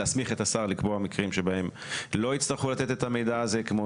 להסמיך את השר לקבוע מקרים בהם לא יצטרכו לתת את המידע הזה כמו